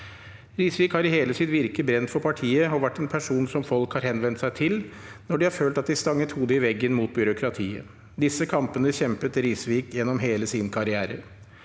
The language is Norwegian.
Risvik har i hele sitt virke brent for partiet og vært en person folk har henvendt seg til når de har følt at de stanget hodet i veggen mot byråkratiet. Disse kampene kjempet Risvik gjennom hele sin karriere.